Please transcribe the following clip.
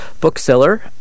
bookseller